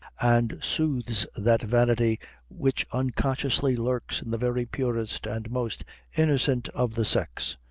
and soothes that vanity which unconsciously lurks in the very purest and most innocent of the sex?